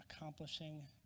accomplishing